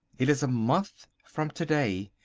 it is a month from to-day.